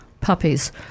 puppies